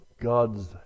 God's